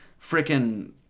freaking